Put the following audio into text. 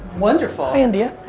wonderful. hey, india.